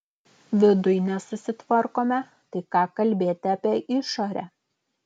viduj nesusitvarkome tai ką kalbėti apie išorę